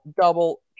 double